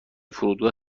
فرودگاه